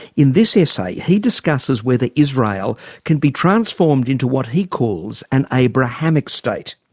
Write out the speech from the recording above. in this essay he discusses whether israel can be transformed into what he calls an abrahamic state.